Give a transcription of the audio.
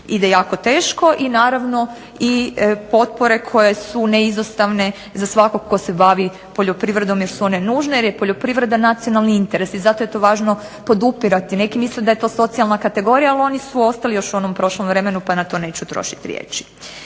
ide jako teško, i naravno i potpore koje su neizostavne za svakog tko se bavi poljoprivredom, jer su one nužne, jer je poljoprivreda nacionalni interes, i zato je to važno podupirati. Neki misle da je to socijalna kategorija, ali oni su ostali još u onom prošlom vremenu, pa na to neću trošiti riječi.